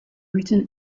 written